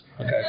okay